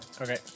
Okay